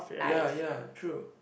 ya ya true